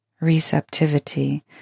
Receptivity